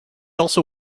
also